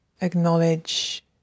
acknowledge